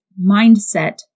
mindset